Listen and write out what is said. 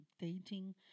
dating